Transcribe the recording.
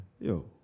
Yo